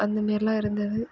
அந்த மாதிரிலாம் இருந்தது